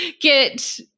get